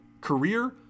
career